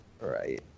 Right